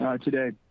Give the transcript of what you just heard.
today